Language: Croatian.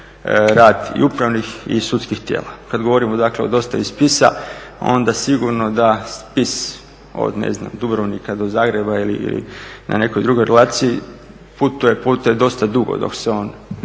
rad i upravnih i sudskih tijela. Kad govorimo dakle o dosta spisa, onda sigurno da spis … na nekoj drugoj relaciji putuje dosta dugo, dok se on